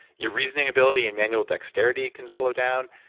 your reasoning ability and manual dexterity can slow down.